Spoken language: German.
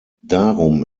darum